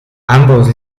ambos